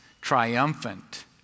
triumphant